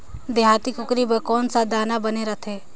देहाती कुकरी बर कौन सा दाना बने रथे?